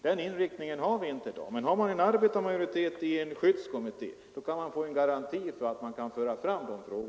Den inriktningen har inte företagshälsovården i dag. En arbetarmajoritet i en skyddskommitté innebär emellertid en garanti för att dessa frågor förs fram.